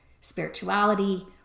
spirituality